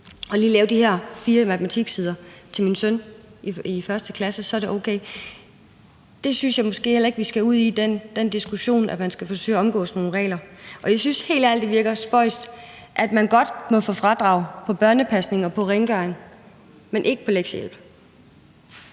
og lige lave de her fire matematiksider til min søn i 1. klasse, så er det okay. Jeg synes måske heller ikke, vi skal ud i den diskussion om, at man skal forsøge at omgå nogle regler. Jeg synes helt ærligt, det virker spøjst, at man godt må få fradrag for børnepasning og for rengøring, men ikke for lektiehjælp